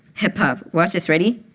hip hop. watch this, ready?